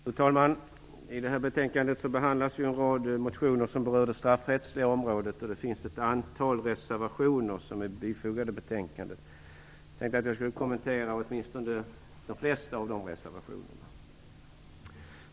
Fru talman! I det här betänkandet behandlas en rad motioner som berör det straffrättsliga området, och ett antal reservationer har fogats vid betänkandet. Jag tänker kommentera åtminstone de flesta av reservationerna.